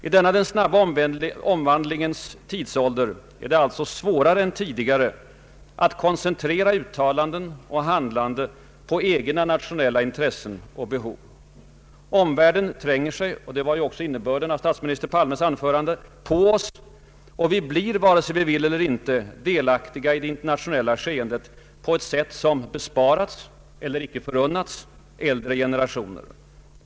I denna den snabba omvandlingens tidsålder är det svårare än tidigare att koncentrera uttalanden och handlande på egna nationella intressen och behov. Omvärlden tränger sig — det var ju också innebörden i statsminister Palmes anförande — på oss och vi blir, vare sig vi vill eller inte, delaktiga i det internationella skeendet på ett sätt som besparats eller icke förunnats äldre generationer.